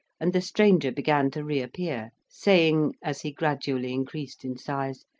and the stranger began to reappear, saying, as he gradually increased in size,